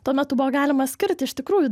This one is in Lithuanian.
tuo metu buvo galima skirti iš tikrųjų